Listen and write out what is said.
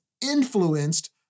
influenced